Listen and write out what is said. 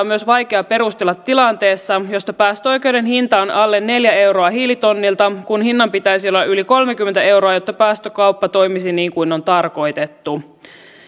myös vaikea perustella tilanteessa jossa päästöoikeuden hinta on alle neljä euroa hiilitonnilta kun hinnan pitäisi olla yli kolmekymmentä euroa jotta päästökauppa toimisi niin kuin on tarkoitettu